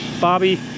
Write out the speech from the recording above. bobby